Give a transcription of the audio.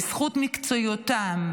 בזכות מקצועיותם,